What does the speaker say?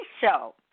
show